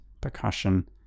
percussion